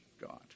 God